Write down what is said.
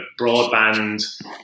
broadband